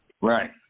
Right